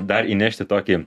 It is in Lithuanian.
dar įnešti tokį